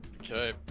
Okay